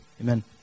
amen